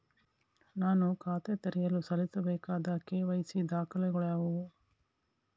ನಾನು ಖಾತೆ ತೆರೆಯಲು ಸಲ್ಲಿಸಬೇಕಾದ ಕೆ.ವೈ.ಸಿ ದಾಖಲೆಗಳಾವವು?